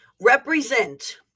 represent